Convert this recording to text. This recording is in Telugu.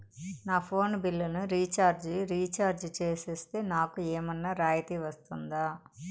నా ఫోను బిల్లును రీచార్జి రీఛార్జి సేస్తే, నాకు ఏమన్నా రాయితీ వస్తుందా?